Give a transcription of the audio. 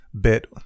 bit